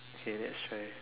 favorite share